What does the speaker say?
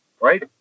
right